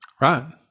Right